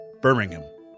Birmingham